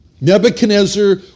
Nebuchadnezzar